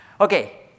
Okay